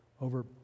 over